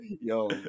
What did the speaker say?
yo